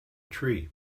tree